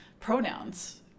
pronouns